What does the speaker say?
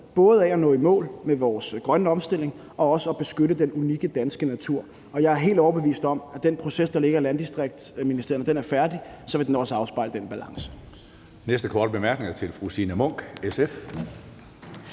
både at nå i mål med vores grønne omstilling og også at beskytte den unikke danske natur. Jeg er helt overbevist om, at når den proces, der er i ministeriet for landdistrikter, er færdig, vil det også afspejle den balance.